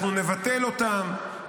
אנחנו נבטל אותם,